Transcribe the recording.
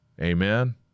Amen